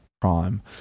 Prime